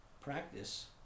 practice